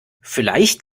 vielleicht